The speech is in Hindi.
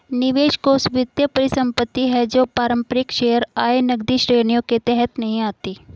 निवेश कोष वित्तीय परिसंपत्ति है जो पारंपरिक शेयर, आय, नकदी श्रेणियों के तहत नहीं आती